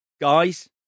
guys